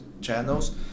channels